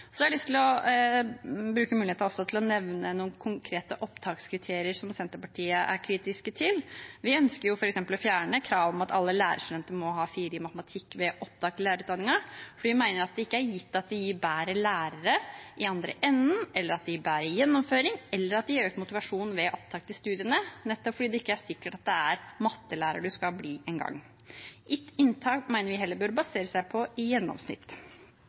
har også jeg lyst til å bruke muligheten til å nevne noen konkrete opptakskriterier som Senterpartiet er kritiske til. Vi ønsker f.eks. å fjerne kravet om at alle lærerstudenter må ha 4 i matematikk ved opptak til lærerutdanningen. Vi mener at det ikke er gitt at det gir bedre lærere i andre enden, at det gir bedre gjennomføring, eller at det gir bedre motivasjon til opptak til studiet, nettopp fordi det ikke er sikkert at det er mattelærer man skal bli en gang. Inntak mener vi heller bør basere seg på gjennomsnitt.